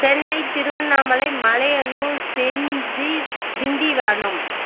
Chennai Tiruvannamalai Malayanur Senji Tindivanam